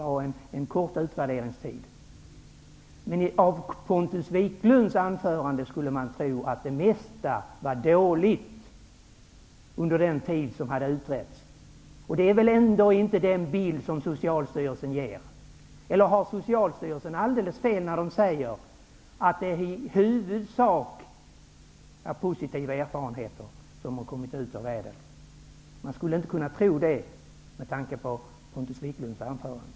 Av Pontus Wiklunds anförande skulle man däremot kunna tro att det mesta har varit dåligt under den tid som nu har utvärderats. Men det är väl ändå inte den bild som Socialstyrelsen ger? Eller har Socialstyrelsen alldeles fel när man säger att det i huvudsak är positiva erfarenheter som har kommit ut av ÄDEL-reformen? Med tanke på Pontus Wiklunds anförande skulle man inte kunna tro att det som Socialstyrelsen säger är riktigt.